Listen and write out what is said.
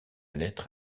lettre